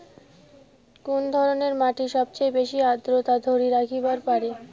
কুন ধরনের মাটি সবচেয়ে বেশি আর্দ্রতা ধরি রাখিবার পারে?